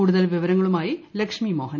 കൂടുതൽ വിവരങ്ങളുമായി ലക്ഷ്മി മോഹൻ